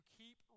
keep